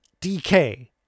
DK